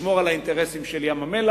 לשמור על האינטרסים של ים-המלח,